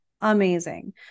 amazing